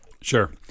Sure